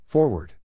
Forward